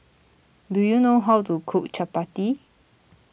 do you know how to cook Chappati